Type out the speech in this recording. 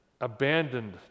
abandoned